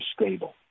stable